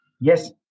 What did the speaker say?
Yes